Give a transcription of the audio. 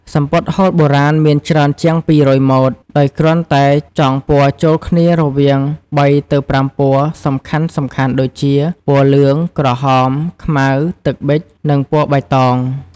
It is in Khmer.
សំពត់ហូលបុរាណមានច្រើនជាង២០០ម៉ូត ដោយគ្រាន់តែចងពណ៌ចូលគ្នារវាង៣ទៅ៥ពណ៌សំខាន់ដូចជា ពណ៌លឿង ក្រហម ខ្មៅ ទឹកប៊ិច និងពណ៌បៃតង។